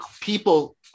people